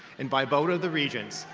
and by vote of the regents,